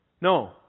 No